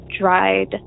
dried